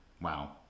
Wow